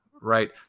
right